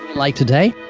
like today?